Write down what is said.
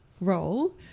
role